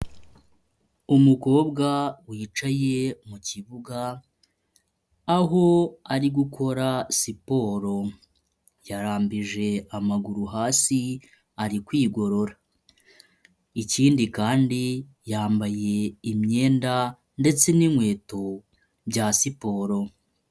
Umukobwa wicaye mu kibuga aho ari gukora siporo yarambije amaguru hasi ari kwigorora ikindi kandi yambaye imyenda ndetse n'inkweto bya siporo.